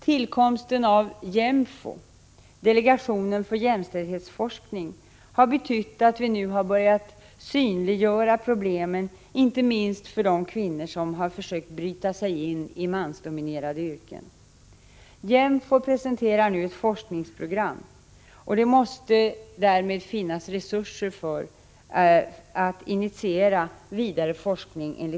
Tillkomsten av JÄMFO, delegationen för jämställdhetsforskning, har betytt att vi nu har börjat ”synliggöra” problemen inte minst för de kvinnor som försökt bryta sig in i mansdominerade yrken. JÄMFO presenterar nu ett forskningsprogram, och därmed måste det finnas resurser för att initiera vidare forskning.